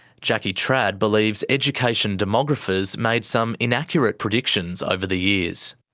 jackie trad believes education demographers made some inaccurate predictions over the years.